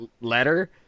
letter